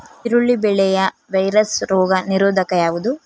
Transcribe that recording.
ಈರುಳ್ಳಿ ಬೆಳೆಯ ವೈರಸ್ ರೋಗ ನಿರೋಧಕ ಯಾವುದು?